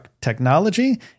technology